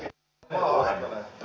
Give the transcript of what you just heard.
ei halua jatkaa